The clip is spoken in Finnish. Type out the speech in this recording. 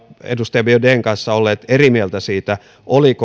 edustaja biaudetn kanssa olleet eri mieltä siitä oliko